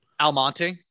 Almonte